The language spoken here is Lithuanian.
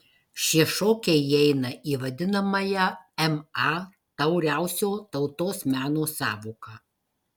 šie šokiai įeina į vadinamąją ma tauriausio tautos meno sąvoką